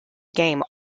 game